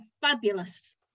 fabulous